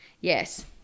yes